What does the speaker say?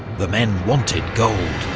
the men wanted gold.